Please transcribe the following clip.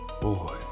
Boy